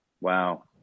Wow